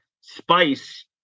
spice